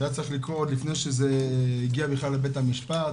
שהיה צריך לקרות לפני שזה הגיע בכלל לבית המשפט,